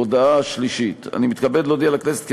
הודעה שלישית: אני מתכבד להודיע לכנסת כי